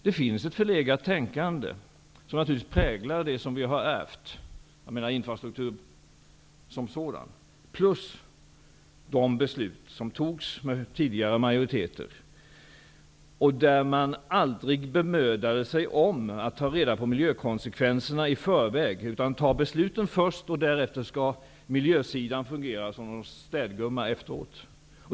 Det finns ett förlegat tänkande som präglar det som vi har ärvt, t.ex. infrastrukturen som sådan, plus de beslut som fattades av tidigare majoriteter. Där bemödade man sig aldrig om att ta reda på miljökonsekvenserna i förväg, utan besluten fattades först, och därefter skulle miljösidan fungera som någon slags städgumma.